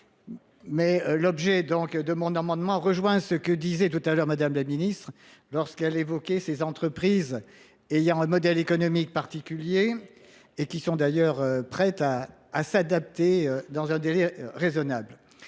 Mais l'objet de mon amendement rejoint ce que disait tout à l'heure madame la ministre lorsqu'elle évoquait ces entreprises ayant un modèle économique particulier et qui sont d'ailleurs prêtes à s'adapter dans un délai raisonnable.